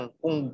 kung